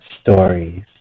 stories